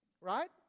right